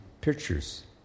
pictures